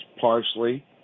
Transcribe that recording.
parsley